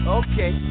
okay